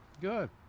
Good